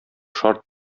шарт